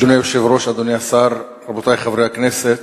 אדוני היושב-ראש, אדוני השר, רבותי חברי הכנסת,